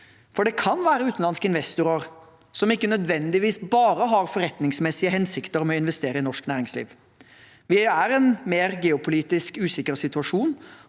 for det kan være utenlandske investorer som ikke nødvendigvis bare har forretningsmessige hensikter med å investere i norsk næringsliv. Vi er i en mer usikker geopolitisk situasjon,